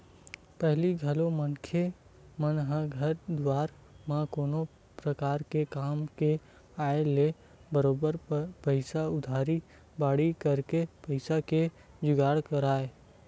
पहिली घलो मनखे मन ह घर दुवार म कोनो परकार के काम के आय ले बरोबर पइसा उधारी बाड़ही करके पइसा के जुगाड़ करय